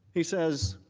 he says,